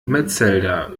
metzelder